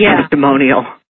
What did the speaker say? testimonial